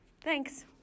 Thanks